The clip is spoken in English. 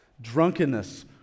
drunkenness